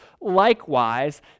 likewise